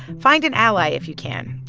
find an ally if you can.